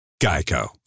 GEICO